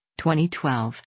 2012